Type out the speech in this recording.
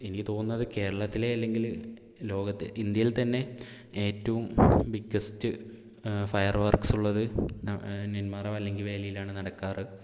എനിക്ക് തോന്നുന്നത് കേരളത്തിലെ അല്ലെങ്കിൽ ലോകത്ത് ഇന്ത്യയിൽ തന്നെ ഏറ്റവും ബിഗ്ഗെസ്റ്റ് ഫയർ വർക്സ് ഉള്ളത് നെന്മാറ വല്ലങ്കി വേലയിലാണ് നടക്കാറ്